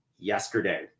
yesterday